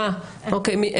אוקיי.